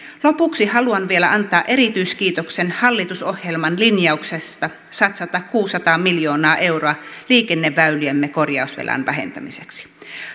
lopuksi haluan vielä antaa erityiskiitoksen hallitusohjelman linjauksesta satsata kuusisataa miljoonaa euroa liikenneväyliemme korjausvelan vähentämiseksi